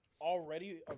already